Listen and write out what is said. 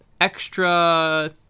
extra